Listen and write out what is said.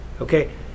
okay